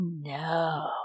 no